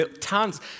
tons